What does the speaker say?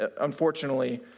unfortunately